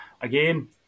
again